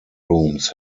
rooms